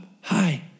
Hi